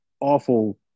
awful